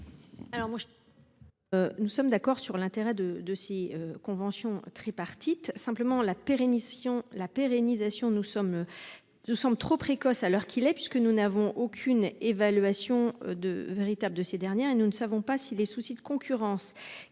commission ? Nous sommes d'accord quant à l'intérêt de ces conventions tripartites. Simplement, leur pérennisation nous semble trop précoce à l'heure qu'il est, puisque nous n'avons aucune évaluation véritable de ces conventions et que nous ne savons pas si les soucis de concurrence